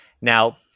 Now